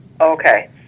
Okay